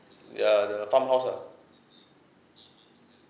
ya the farmhouse lah